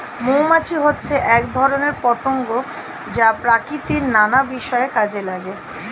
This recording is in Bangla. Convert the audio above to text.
মৌমাছি হচ্ছে এক ধরনের পতঙ্গ যা প্রকৃতির নানা বিষয়ে কাজে লাগে